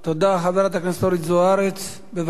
חברת הכנסת אורית זוארץ, בבקשה.